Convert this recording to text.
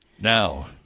Now